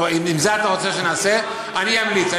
אם זה מה שאתה רוצה שנעשה, אני אמליץ.